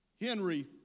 Henry